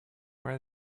where